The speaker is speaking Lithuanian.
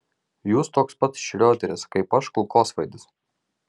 jūs toks pat šrioderis kaip aš kulkosvaidis